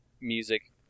music